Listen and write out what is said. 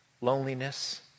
loneliness